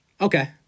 Okay